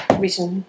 written